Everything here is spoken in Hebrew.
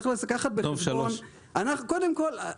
קודם כל,